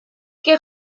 que